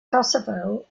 kosovo